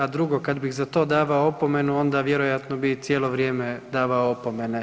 A drugo, kad bih za to davao opomenu onda vjerojatno bi i cijelo vrijeme davao opomene.